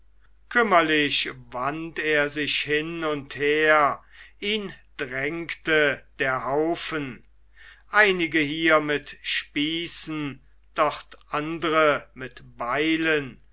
kümmerlich wandt er sich hin und her es drängt ihn der haufen einige hier mit spießen dort andre mit beilen